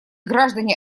граждане